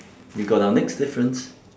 we got our next difference